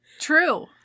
true